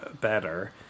better